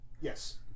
Yes